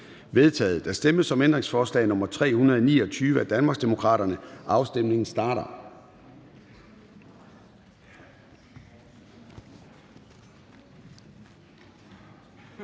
vedtaget. Der stemmes om ændringsforslag nr. 330 af Danmarksdemokraterne. Afstemningen starter.